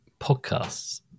podcasts